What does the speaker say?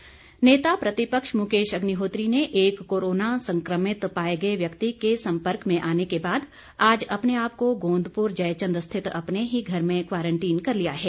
अग्निहोत्री नेता प्रतिपक्ष मुकेश अग्निहोत्री ने एक कोरोना संक्रमित पाए गए व्यक्ति के संपर्क में आने के बाद आज अपने आप को गोंदपुर जयचंद स्थित अपने ही घर में क्वारंटीन कर लिया है